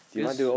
because